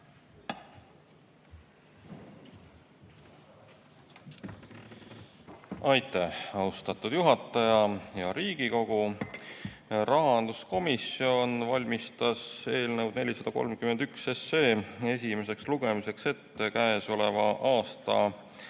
Aitäh, austatud juhataja! Hea Riigikogu! Rahanduskomisjon valmistas eelnõu 431 esimeseks lugemiseks ette k.a 27.